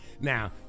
Now